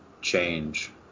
change